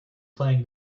playing